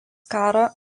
karą